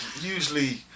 usually